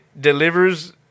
delivers